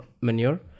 manure